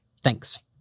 Thanks